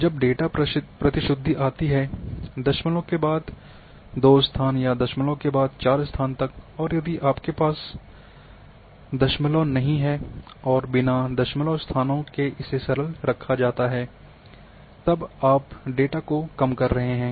जब डेटा प्रतिशुद्धि आती है दशमलव के बाद दो स्थान या दशमलव के बाद चार स्थान तक और यदि आपके पास है दशमलव नहीं लिया है और बिना दशमलव स्थानों के इसे सरल रखा जाता है तब आप हैं आपके डेटा को कम कर रहे हैं